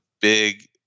big